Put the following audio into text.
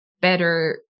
better